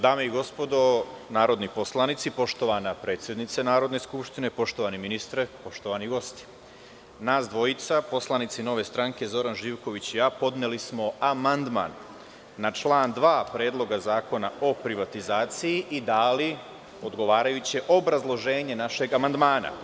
Dame i gospodo narodni poslanici, poštovana predsednice Narodne skupštine, poštovani ministre, poštovani gosti, nas dvojica poslanici Nove stranke Zoran Živković i ja podneli smo amandman na član 2. Predloga zakona o privatizaciji i dali odgovarajuće obrazloženje našeg amandmana.